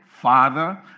Father